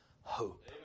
hope